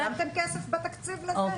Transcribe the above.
שמתם כסף בתקציב לזה?